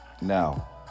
Now